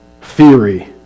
theory